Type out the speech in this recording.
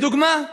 לדוגמה,